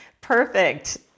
Perfect